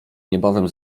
niebawem